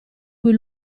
cui